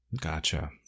Gotcha